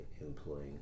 employing